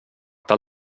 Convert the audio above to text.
tal